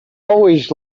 always